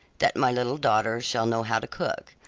that my little daughter shall know how to cook.